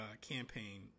campaign